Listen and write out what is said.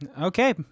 okay